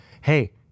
Hey